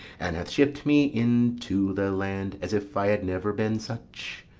and hath shipp'd me into the land, as if i had never been such.